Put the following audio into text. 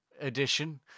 edition